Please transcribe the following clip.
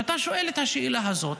אתה שואל את השאלה הזאת.